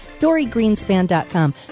DoryGreenspan.com